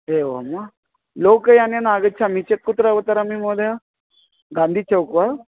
एवं वा लोकयानेन आगच्छामि चत् कुत्र उतरामि महोदय गान्धिचौक् वा